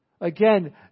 Again